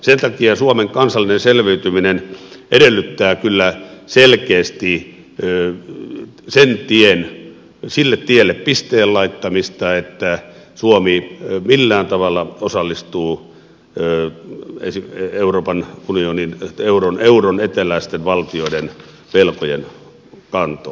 sen takia suomen kansallinen selviytyminen edellyttää kyllä selkeästi sille tielle pisteen laittamista että suomi millään tavalla osallistuu euron eteläisten valtioiden velkojen kantoon